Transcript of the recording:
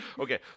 Okay